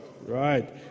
Right